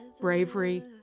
bravery